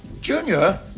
Junior